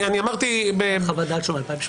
זה מ-2018.